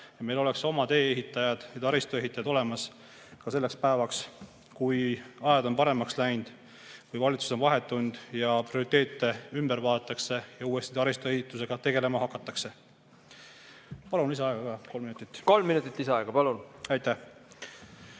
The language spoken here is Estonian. meil oleks oma tee-ehitajad ja taristuehitajad olemas ka selleks päevaks, kui ajad on paremaks läinud, kui valitsus on vahetunud ja prioriteete ümber vaadatakse ja uuesti taristuehitusega tegelema hakatakse. Palun lisaaega ka, kolm minutit. Kolm minutit lisaaega, palun! Kolm